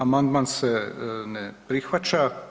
Amandman se ne prihvaća.